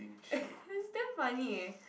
it's damn funny